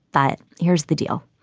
but here's the deal.